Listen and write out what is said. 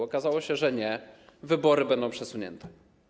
Okazało się, że nie, wybory będą przesunięte.